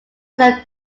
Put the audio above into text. some